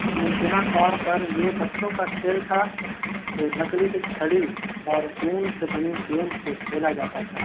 ممکنہ طور پر یہ بچوں کا کھیل تھا جو لکڑی کی چھڑی اور اون سے بنی گیند سے کھیلا جاتا تھا